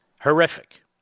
Horrific